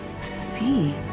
see